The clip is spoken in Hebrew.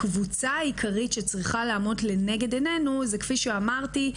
הקבוצה העיקרית שצריכה לעמוד לנגד עינינו זה כפי שאמרתי,